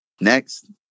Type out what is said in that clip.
Next